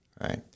right